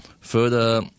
further